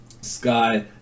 Sky